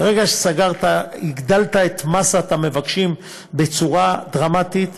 ברגע שסגרת, הגדלת את מאסת המבקשים בצורה דרמטית.